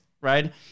right